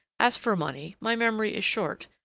as for money, my memory is short,